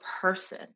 person